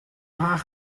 haar